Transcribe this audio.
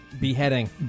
Beheading